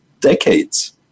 decades